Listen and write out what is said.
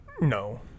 No